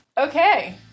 Okay